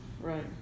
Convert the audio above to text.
Right